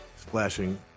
splashing